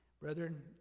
Brethren